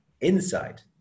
inside